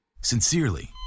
Sincerely